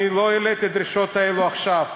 אני לא העליתי את הדרישות האלה עכשיו,